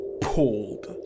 pulled